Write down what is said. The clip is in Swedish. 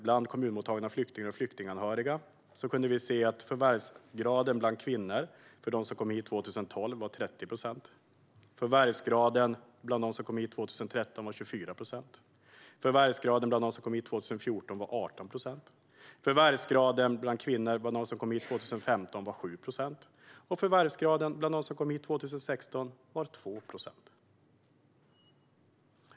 Bland kommunmottagna flyktingar och flyktinganhöriga var förvärvsgraden 30 procent bland kvinnor som kom hit 2012. Förvärvsgraden bland dem som kom hit 2013 var 24 procent. Förvärvsgraden bland dem som kom hit 2014 var 18 procent. Förvärvsgraden bland de kvinnor som kom hit 2015 var 7 procent, och förvärvsgraden bland dem som kom hit 2016 var 2 procent.